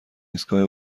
ایستگاه